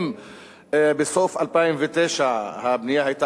אם בסוף 2009 הבנייה היתה